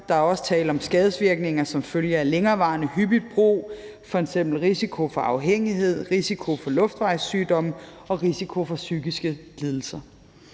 Der er også tale om skadesvirkninger som følge af længerevarende, hyppig brug, f.eks. risiko for afhængighed, risiko for luftvejssygdomme og risiko for psykiske lidelser.